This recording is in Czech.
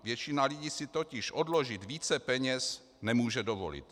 Většina lidí si totiž odložit více peněz nemůže dovolit.